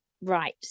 right